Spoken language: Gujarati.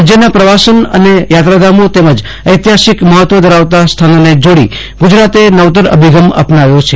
રાજ્યના પ્રવાસન અને યાત્રાધામો તેમજ ઐતિહાસિક મહત્વ ધરાવતા સ્થાનોને જોડી ગુજરાતે નવતર અભિગમ અપનાવ્યો છે